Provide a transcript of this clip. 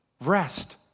Rest